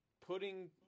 putting